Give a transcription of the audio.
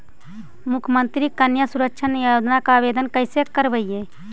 मुख्यमंत्री कन्या सुरक्षा योजना के आवेदन कैसे करबइ?